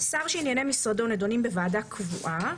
שר שענייני משרדו נידונים בוועדה קבועה